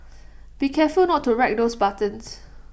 be careful not to wreck those buttons